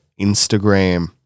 Instagram